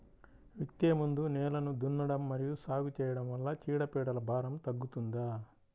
విత్తే ముందు నేలను దున్నడం మరియు సాగు చేయడం వల్ల చీడపీడల భారం తగ్గుతుందా?